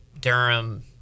Durham